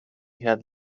had